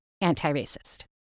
anti-racist